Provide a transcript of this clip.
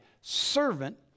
servant